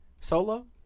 Solo